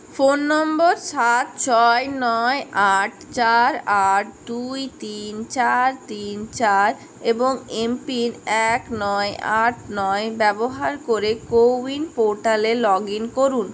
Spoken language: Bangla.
ফোন নম্বর সাত ছয় নয় আট চার আট দুই তিন চার তিন চার এবং এমপিন এক নয় আট নয় ব্যবহার করে কো উইন পোর্টালে লগ ইন করুন